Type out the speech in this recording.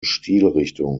stilrichtung